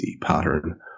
pattern